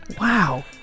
Wow